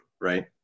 right